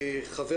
חבר